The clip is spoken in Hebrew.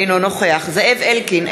אינו נוכח זאב אלקין,